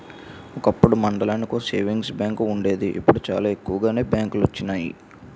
ఒకప్పుడు మండలానికో savings bank వుండేది ఇప్పుడు చాలా ఎక్కువగానే బ్యాంకులొచ్చినియి